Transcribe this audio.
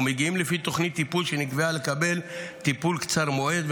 ומגיעים לפי תוכנית טיפול שנקבעה לקבל טיפול קצר מועד,